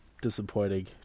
disappointing